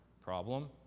problem